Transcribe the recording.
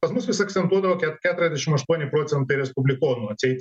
pas mus vis akcentuodavo keturiasdešim aštuoni procentai respublikonų atseit